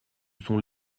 son